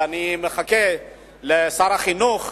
אבל אני מחכה לשר החינוך,